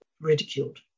ridiculed